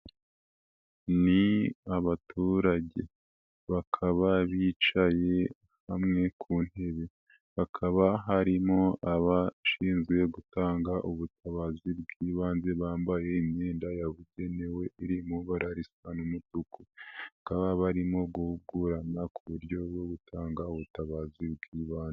Ni abaturage bakaba bicaye hamwe ku ntebe. Hakaba harimo abashinzwe gutanga ubutabazi bw'ibanze bambaye imyenda yabugenewe iri mu mabara y'umutuku. bakaba barimo kuvugana ku buryo bwo gutanga ubutabazi bw'ibanze.